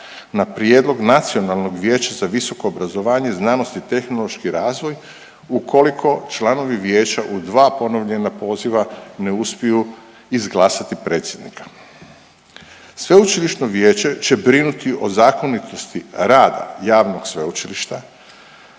na prijedlog Nacionalnog vijeća za visoko obrazovanje, znanost i tehnološki razvoj ukoliko članovi vijeća u dva ponovljena poziva ne uspiju izglasati predsjednika. Sveučilišno vijeće će brinuti o zakonitosti rada javnog sveučilišta,